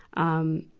um,